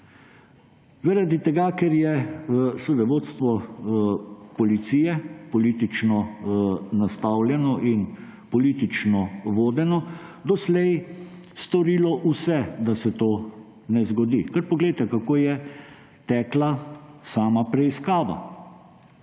Zaradi tega ker je vodstvo policije, politično nastavljeno in politično vodeno, doslej storilo vse, da se to ne zgodi. Kar poglejte, kako je tekla sama preiskava.